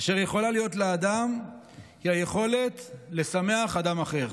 אשר יכולה להיות לאדם היא היכולת לשמח אדם אחר.